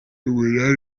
umunani